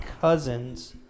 cousins